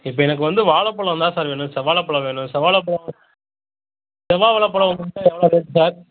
இப்போ எனக்கு வந்து வாழைப் பழம் தான் சார் வேணும் செவ்வாழைப் பழம் வேணும் செவ்வாழைப் பழம் செவ்வாழைப் பழம் மட்டும் எவ்வளோ ரேட் சார்